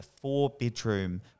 four-bedroom